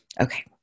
Okay